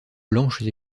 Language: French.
blanches